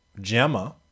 Gemma